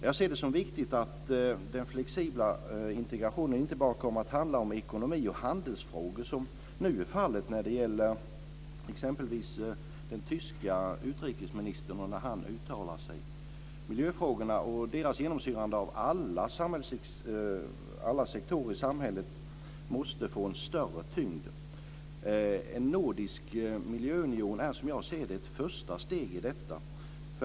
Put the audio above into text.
Jag ser det som viktigt att den flexibla integrationen inte bara kommer att handla om ekonomi och handelsfrågor, som nu är fallet när det gäller exempelvis den tyska utrikesministerns uttalanden. Miljöfrågorna och deras genomsyrande av alla sektorer i samhället måste få en större tyngd. En nordisk miljöunion är, som jag ser det, ett första steg i detta.